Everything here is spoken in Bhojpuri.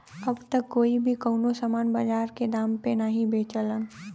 अब त कोई भी कउनो सामान बाजार के दाम पे नाहीं बेचलन